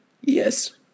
Yes